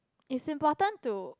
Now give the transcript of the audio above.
is important to